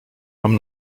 mam